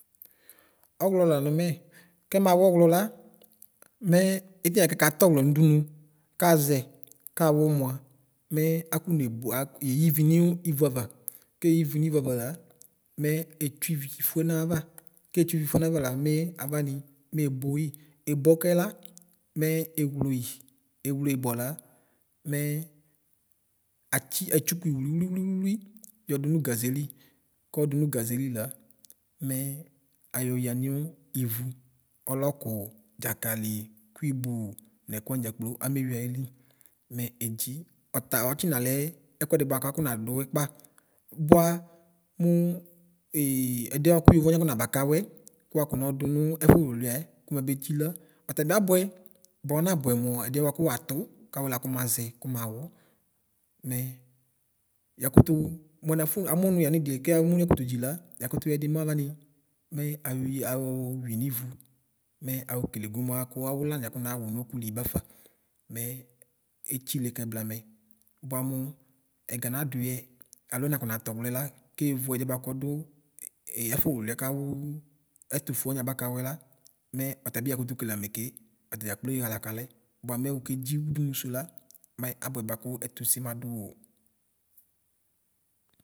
ɔylɔ lanulɛ, kɛnawuɔylo la, mɛɛ itɛtikatuɔɣlɔ nudunu kaaʒɛ, kawu mua nɛakɔnebua yeyiviniu ivuava, keyivi nivuava la, mɛ tsuivifue nayava, ketsuivifue nayava la mɛ avani, meboyi. boɔkɛla mɛ wloyi, wloe bua la mɛ atsi tsukui wlivliwlivliwli yɔdu nu gaʒeli, kɔɔdu nu gaʒeli la mɛ ayoyɔ niu iwu: ɔlɔlɔ, dzakali, kuibo nɛkuwani dza gblo ameyui ayili mɛ dzi. Ɔta ɔtsinalɛ ɛkuɛdi bua kakɔna duwuikpa. Bua mu ɛdiɛ buaku yovowani afona ba kawue, ku wakɔnodu nu ɛkululie kumabedzila, ɔtɔbiabue bua ɔnabuɛ lu ɛdiɛ buaku wuatu kawula kumazɛ kumawu. Mɛ yakatu muɛnafu amu nu ya nidie kuyɛamu yakitudzi la, yakutu yɔɛdi mavani mɛ ayoyə aoowinivu; mɛ aokelego muaku awulani akɔnaawu nɔkuli bafa mɛ tsile kɛ blame. Buamu ɛga naduyɛ, aloɛma konatuɔɣlɔɛ la, kevuediɛ bukɔdu ɛfululuiɛ kawu ɛtufueani abakawue la mɛ ǝtabi, yakatu keleamɛ ke. Atadzakploiɣa la kalɛ; buamɛ wukedzi udunu su la, mɛ abuɛba ku ɛtuse maduwuo.